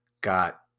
got